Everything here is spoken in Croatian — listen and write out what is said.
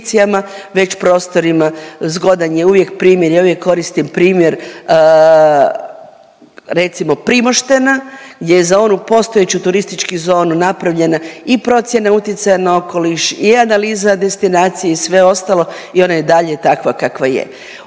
već prostorima, zgodan je uvijek primjer, ja uvijek koristim primjer recimo Primoštena, gdje je za onu postojeću turističku zonu napravljena i procjena utjecaja na okoliš i analiza destinacije i sve ostalo i ona je i dalje takva kakva je.